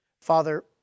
Father